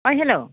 ओइ हेलौ